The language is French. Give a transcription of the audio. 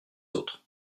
autres